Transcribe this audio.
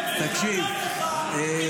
נתן לך כדי להצדיק את --- אל תשפיל את עצמך,